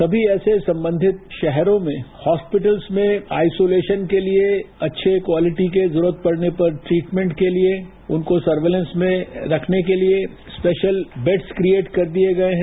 सभी ऐसे संबंधित शहरों में हॉस्पिटल्स में आइसोलेशन के लिए अच्छे क्वालिटी के जरूरत पड़ने पर ट्रीटमेंट के लिए उनको सर्वलैंस में रखने के लिए उनको स्पेशल बैड्स क्रिएट कर दिये गये हैं